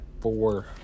four